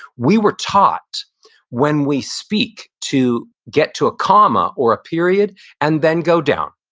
we were taught when we speak to get to a comma or a period and then go down.